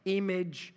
image